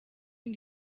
ngo